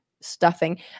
stuffing